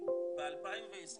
63.877 מיליון,